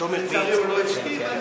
ולצערי הוא לא הסכים.